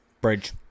bridge